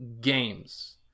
games